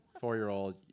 four-year-old